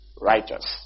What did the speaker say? righteous